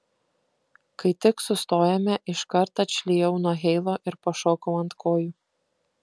kai tik sustojome iškart atšlijau nuo heilo ir pašokau ant kojų